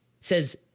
says